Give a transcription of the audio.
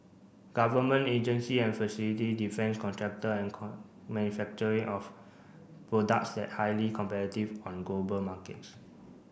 government agency and facility defence contractor and manufacturing of products that highly competitive on global markets